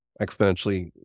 exponentially